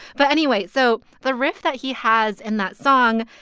but anyway so the riff that he has in that song,